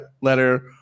letter